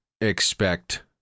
expect